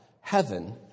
heaven